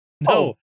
no